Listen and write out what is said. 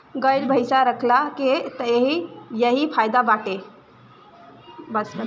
गाई भइस रखला के तअ इहे फायदा बाटे